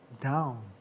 down